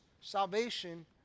salvation